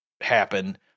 happen